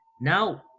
now